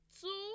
two